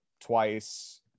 twice